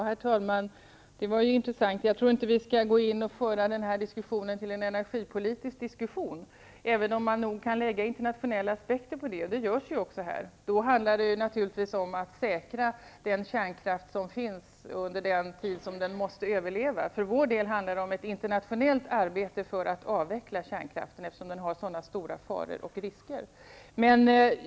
Herr talman! Det var intressant att höra vad Bengt Dalström sade. Jag tror inte att vi skall göra denna diskussion till en energipolitisk diskussion, även om man kan anlägga internationella aspekter på energipolitiken. Det görs också här. Då handlar det om att säkra den kärnkraft som finns under den tid den måste överleva. För vår del handlar det om ett internationellt arbete för att avveckla kärnkraften, eftersom den medför så stora faror och risker.